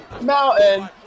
mountain